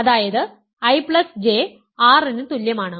അതായത് IJ R ന് തുല്യമാണ്